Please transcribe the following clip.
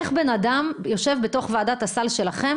איך בן אדם יושב בתוך ועדת הסל שלכם